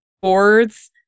boards